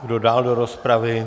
Kdo dál do rozpravy?